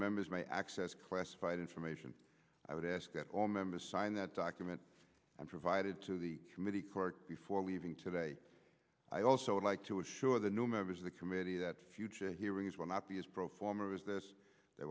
members may access classified information i would ask that all members sign that document and provided to the committee court before leaving today i also would like to assure the new members of the committee that future hearings will not be as pro forma as this th